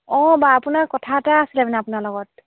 অঁ বা আপোনাৰ কথা এটা আছিলে মানে আপোনাৰ লগত